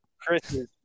Chris